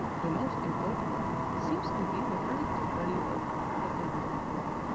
the most important seems to be the predictive value of f a b p four.